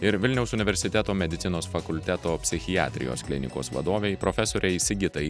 ir vilniaus universiteto medicinos fakulteto psichiatrijos klinikos vadovei profesorei sigitai